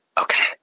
okay